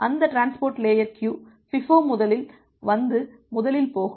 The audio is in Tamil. அந்த டிரான்ஸ்போர்ட் லேயர் க்கியு FIFO முதலில் வந்து முதலில் போகும்